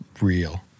real